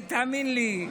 תאמין לי,